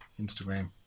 Instagram